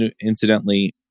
incidentally